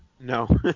No